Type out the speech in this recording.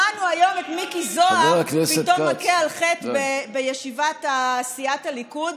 שמענו היום את מיקי זוהר פתאום מכה על חטא בישיבת סיעת הליכוד,